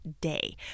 day